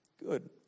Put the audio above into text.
Good